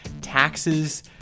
taxes